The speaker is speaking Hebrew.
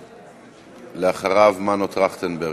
אחריו, מנו טרכטנברג.